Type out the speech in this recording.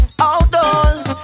Outdoors